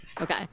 Okay